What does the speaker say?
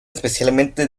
especialmente